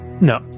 No